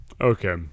Okay